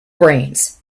brains